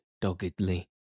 doggedly